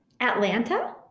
Atlanta